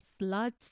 Sluts